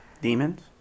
Demons